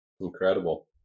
Incredible